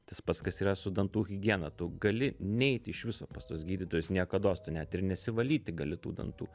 tas pats kas yra su dantų higiena tu gali neiti iš viso pas tuos gydytojus niekados tu net ir nesivalyti gali tų dantų